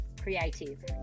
creative